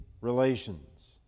relations